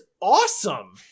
awesome